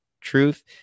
truth